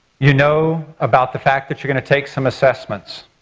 you know about the fact that you're going to take some assessments.